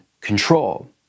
control